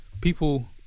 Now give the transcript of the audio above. people